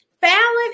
Fallon